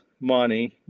money